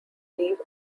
leave